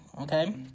Okay